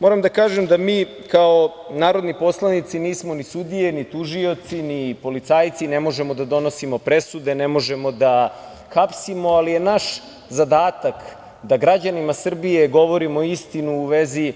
Moram da kažem da mi kao narodni poslanici nismo ni sudije, ni tužioci, ni policajci i ne možemo da donosimo presude, ne možemo da hapsimo, ali je naš zadatak da građanima Srbije govorimo istinu u vezi